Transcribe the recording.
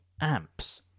amps